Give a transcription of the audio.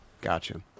Gotcha